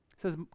says